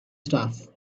staff